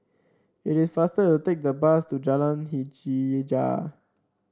it is faster to take the bus to Jalan Hajijah